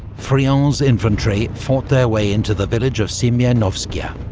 friant's infantry fought their way into the village of semenovskaya.